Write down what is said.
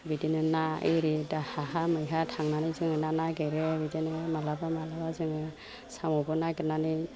बिदिनो ना इरि दा हाहा मैहा थांनानै जोङो ना नागिरो बिदिनो मालाबा मालाबा जोङो साम'बो नागिरनानै